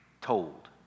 told